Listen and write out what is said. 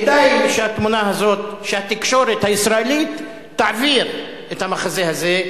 כדאי שהתקשורת הישראלית תעביר את המחזה הזה.